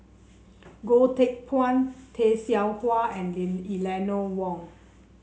Goh Teck Phuan Tay Seow Huah and Eleanor Wong